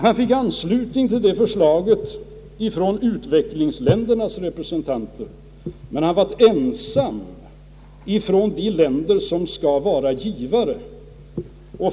Han fick anslutning till förslaget från utvecklingsländernas representanter, men han var ensam bland de länder som skall vara givare.